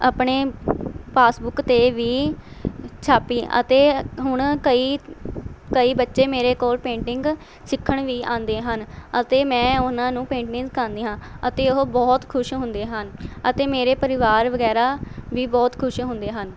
ਆਪਣੇ ਪਾਸਬੁੱਕ 'ਤੇ ਵੀ ਛਾਪੀ ਅਤੇ ਹੁਣ ਕਈ ਕਈ ਬੱਚੇ ਮੇਰੇ ਕੋਲ ਪੇਂਟਿੰਗ ਸਿੱਖਣ ਵੀ ਆਉਂਦੇ ਹਨ ਅਤੇ ਮੈਂ ਉਹਨਾਂ ਨੂੰ ਪੇਂਟਿੰਗ ਸਿਖਾਉਂਦੀ ਹਾਂ ਅਤੇ ਉਹ ਬਹੁਤ ਖੁਸ਼ ਹੁੰਦੇ ਹਨ ਅਤੇ ਮੇਰੇ ਪਰਿਵਾਰ ਵਗੈਰਾ ਵੀ ਬਹੁਤ ਖੁਸ਼ ਹੁੰਦੇ ਹਨ